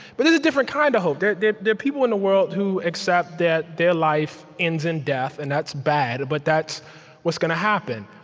but there's a different kind of hope. there there are people in the world who accept that their life ends in death, and that's bad, but that's what's gonna happen.